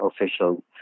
official